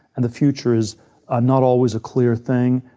and the future is ah not always a clear thing.